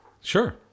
sure